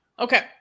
Okay